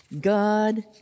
God